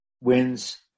wins